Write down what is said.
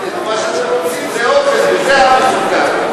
מה שאתם רוצים זה אוכל, וזה המסוכן.